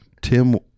Tim